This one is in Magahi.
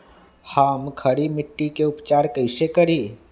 हम खड़ी मिट्टी के उपचार कईसे करी?